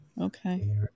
Okay